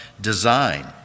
design